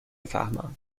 فهمم